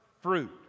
fruit